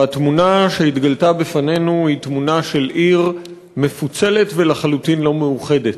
והתמונה שהתגלתה היא תמונה של עיר מפוצלת ולחלוטין לא מאוחדת.